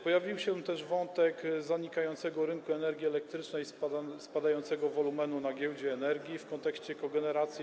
Pojawił się też wątek zanikającego rynku energii elektrycznej, spadającego wolumenu na giełdzie energii w kontekście kogeneracji.